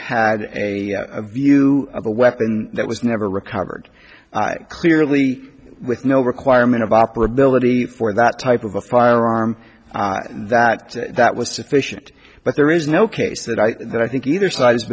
had a view of a weapon that was never recovered clearly with no requirement of operability for that type of a firearm that that was sufficient but there is no case that i that i think either side